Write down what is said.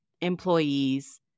employees